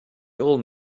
old